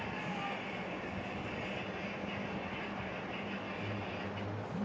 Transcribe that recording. bank account తీసుకున్నప్పుడే bank వాళ్ళు మనకు చెక్కుల పుస్తకం ఇత్తారు